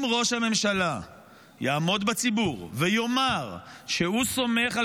אם ראש הממשלה יעמוד בציבור ויאמר שהוא סומך על